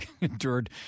endured